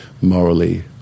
morally